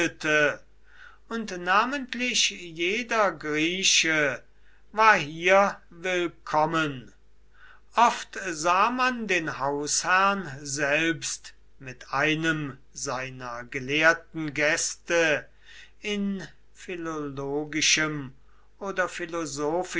und namentlich jeder grieche war hier willkommen oft sah man den hausherrn selbst mit einem seiner gelehrten gäste in philologischem oder